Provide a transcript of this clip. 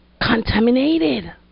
Contaminated